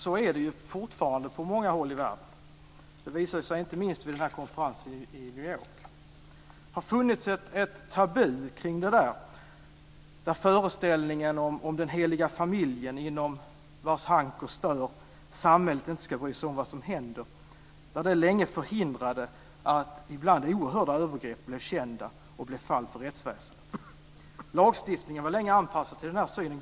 Så är det fortfarande på många håll i världen - det visade sig inte minst vid konferensen i New York. Det har funnits ett tabu kring detta där föreställningen om den heliga familjen, inom vars hank och stör samhället inte ska bry sig om vad som händer, länge förhindrade att ibland oerhörda övergrepp blev kända och fall för rättsväsendet. Lagstiftningen var länge anpassad till denna syn.